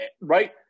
right